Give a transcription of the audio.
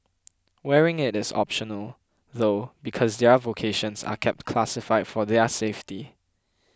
wearing it is optional though because their vocations are kept classified for their safety